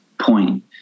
point